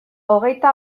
hogeita